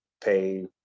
pay